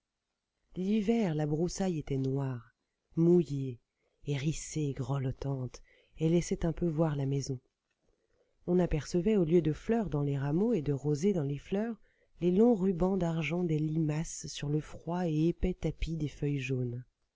l'hiver la broussaille était noire mouillée hérissée grelottante et laissait un peu voir la maison on apercevait au lieu de fleurs dans les rameaux et de rosée dans les fleurs les longs rubans d'argent des limaces sur le froid et épais tapis des feuilles jaunes